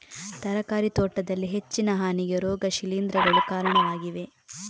ತರಕಾರಿ ತೋಟದಲ್ಲಿ ಹೆಚ್ಚಿನ ಹಾನಿಗೆ ರೋಗ ಶಿಲೀಂಧ್ರಗಳು ಕಾರಣವಾಗಿವೆ